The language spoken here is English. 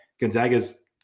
Gonzaga's